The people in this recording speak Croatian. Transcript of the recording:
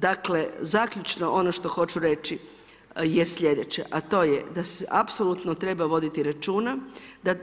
Dakle, zaključno, ono što hoću reći je slijedeće, ja to je da se apsolutno treba voditi računa da